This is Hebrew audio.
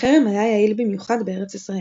החרם היה יעיל במיוחד בארץ ישראל,